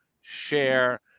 share